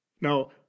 Now